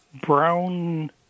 brown